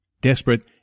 Desperate